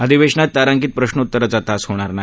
अधिवेशानात तारांकित प्रश्रोत्तराचा तास होणार नाही